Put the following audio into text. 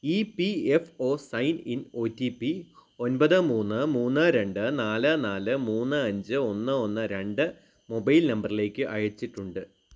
ഈ P F O sign in O T P ഒൻപത് മൂന്ന് മൂന്ന് രണ്ട് നാല് നാല് മൂന്ന് അഞ്ച് ഒന്ന് ഒന്ന് രണ്ട് മൊബൈൽ നമ്പറിലേക്ക് അയച്ചിട്ടുണ്ട്